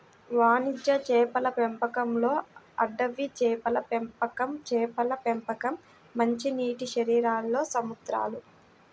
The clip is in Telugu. వాణిజ్య చేపల పెంపకంలోఅడవి చేపల పెంపకంచేపల పెంపకం, మంచినీటిశరీరాల్లో సముద్రాలు